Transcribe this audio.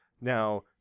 Now